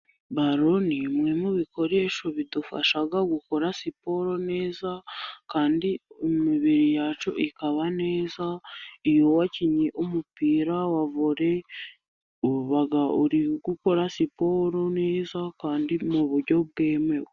Baro ni bimwe mu bikoresho bidufasha gukora siporo neza, kandi imibiri yacu ikaba neza. Iyo wakinnye umupira wa vole, uba uri gukora siporo neza, kandi ni buryo bwemewe.